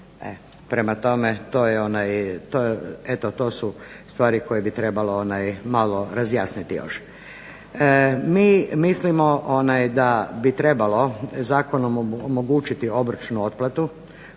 Prema tome, to su stvari koje bi trebalo razjasniti još. Mi mislimo da bi trebalo zakonom omogućiti obročnu otplatu